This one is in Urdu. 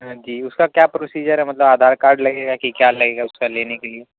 ہاں جی اس کا کیا پروسیجر ہے مطلب آدھار کارڈ لگے گا کہ کیا لگ گا اس کا لینے کے لیے